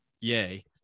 yay